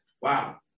Wow